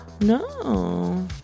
no